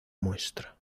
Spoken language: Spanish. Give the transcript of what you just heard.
muestra